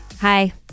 Hi